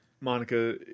Monica